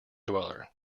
dweller